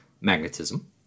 magnetism